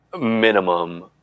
minimum